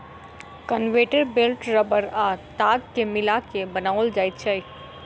conveyor belt रबड़ आ ताग के मिला के बनाओल जाइत छै